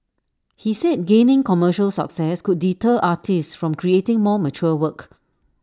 he said gaining commercial success could deter artists from creating more mature work